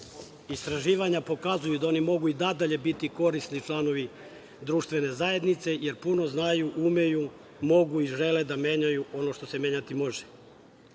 istraživanja pokazuju da oni mogu i nadalje biti korisni članovi društvene zajednice, jer puno znaju, umeju, mogu i žele da menjaju ono što se menjati